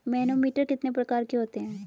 Manometer कितने प्रकार के होते हैं?